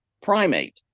primate